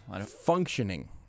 Functioning